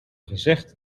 gezegd